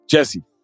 Jesse